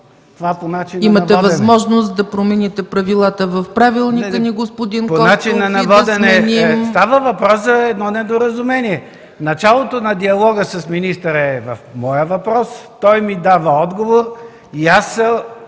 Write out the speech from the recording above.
Това – по начина на водене.